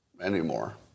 anymore